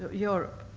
europe,